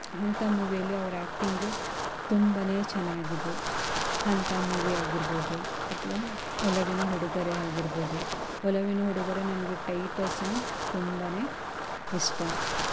ಅಂಥ ಮೂವಿಯಲ್ಲಿ ಅವ್ರ ಆ್ಯಕ್ಟಿಂಗು ತುಂಬಾನೆ ಚೆನ್ನಾಗಿದೆ ಅಂತ ಮೂವಿ ಆಗಿರ್ಬೋದು ಅಥ್ವ ಒಲವಿನ ಉಡುಗೊರೆ ಆಗಿರ್ಬೋದು ಒಲವಿನ ಉಡುಗೊರೆ ನನಗೆ ಟೈಟಲ್ ಸಾಂಗ್ ತುಂಬನೆ ಇಷ್ಟ